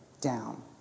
down